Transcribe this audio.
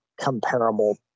comparable